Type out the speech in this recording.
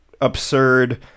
absurd